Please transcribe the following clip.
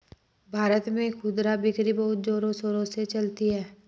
भारत में खुदरा बिक्री बहुत जोरों शोरों से चलती है